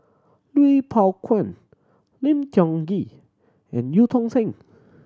Lui Pao Chuen Lim Tiong Ghee and Eu Tong Sen